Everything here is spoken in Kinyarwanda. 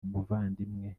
umuvandimwe